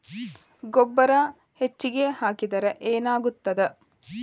ಗೊಬ್ಬರ ಹೆಚ್ಚಿಗೆ ಹಾಕಿದರೆ ಏನಾಗ್ತದ?